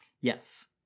Yes